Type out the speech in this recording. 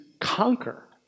conquer